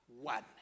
one